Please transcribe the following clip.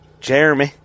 Jeremy